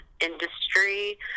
industry